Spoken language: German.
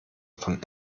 von